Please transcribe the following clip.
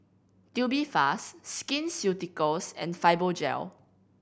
Tubifast Skin Ceuticals and Fibogel